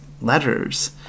letters